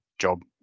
Job